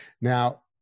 Now